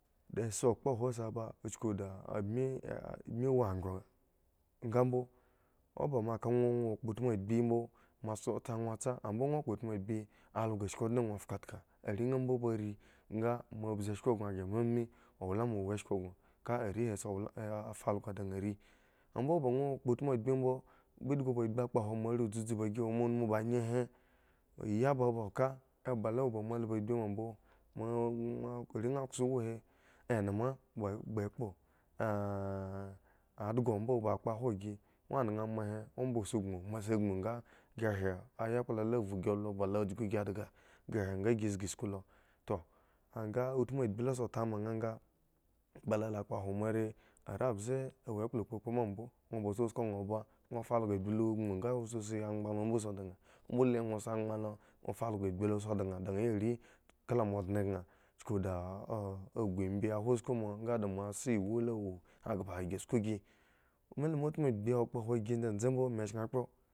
La si akpohwon sa ba uchoku daabmi admi wo khro nga mbo o ba moa ka ŋwo ŋwo utmu agbi he mbo moa tsa dwo tsa mbo ŋwo kpo utmu agbihi algo shki ondnegno fatka are nha mbobarii nga moa bzu eshko gŋo ghre me me owlama wa eshko ka re hi sa owlama a fa algo da nha arii mbo o wo boŋ ŋwo kpo utmu agbi mbo edhgo agbi ekpowon moare dzudzu ba gi woma onumu ba anyi he oyi baba kaamaba la wo ba moa labhu agbi ma mbo moa moa are nha kso huhwin hi eneme ma kpha kpo ah adhgo mbo ba kpohwon gi ŋwo naha ama he omba ba sa gbon moa gboŋ nga gi hre ayakpla la vhu gi lo ba la gu gi dhga gi nga gi zgi sku lo toli eka utmu agbi la so tama ng riga mba lo la kpohwon moare are mbze awo kpukpo mambo ŋwo ba sa sko nha ba fa also agbi la gbon nga sa si angban lo mbo sa dan mbole nwo sa angban la nwo fa also agbi sa dan dan ya rii kla moa dne kan chuku da ah akhu edye wo sko moa nga da moa se ewu lawo akpaha gi sku gi me lo la utmu agbi kpohwon gi dzedze mbo me shed kphro.